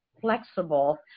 flexible